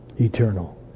eternal